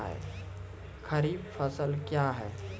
खरीफ फसल क्या हैं?